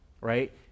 right